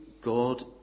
God